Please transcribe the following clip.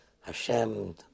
Hashem